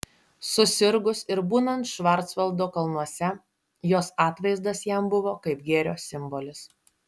susirgus ir būnant švarcvaldo kalnuose jos atvaizdas jam buvo kaip gėrio simbolis